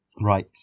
right